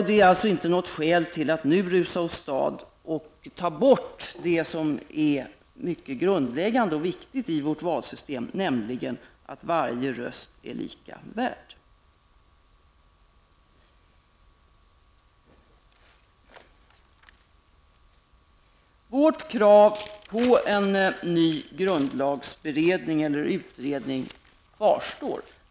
Det finns alltså ingen anledning att nu rusa åstad och ta bort det som är det grundläggande och viktiga i vårt valsystem, nämligen att varje röst är lika mycket värd. Vårt krav på en ny grundlagsberedning kvarstår.